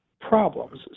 problems